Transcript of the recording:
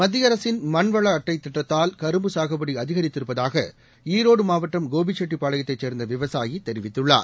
மத்திய அரசின் மண்வள அட்டை திட்டத்தால் கரும்பு சாகுபடி அதிகரித்திருப்பதாக ஈரோடு மாவட்டம் கோபிசெட்டிப்பாளையத்தைச் சேர்ந்த விவசாயி தெரிவித்துள்ளார்